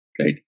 right